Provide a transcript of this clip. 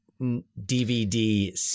DVD